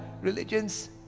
religions